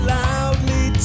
loudly